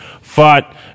fought